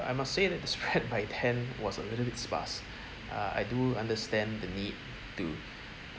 I must say that the spread by then was a little bit sparse uh I do understand the need to